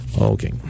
Okay